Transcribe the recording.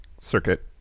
circuit